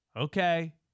Okay